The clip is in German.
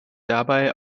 dabei